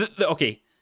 okay